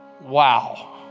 Wow